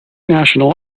national